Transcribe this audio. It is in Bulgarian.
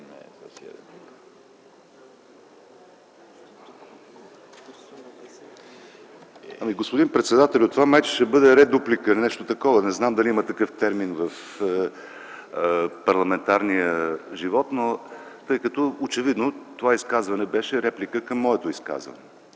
Господин председателю, това май ще бъде редуплика или нещо такова. Не знам дали има такъв термин в парламентарния живот, но очевидно това изказване беше реплика към моето изказване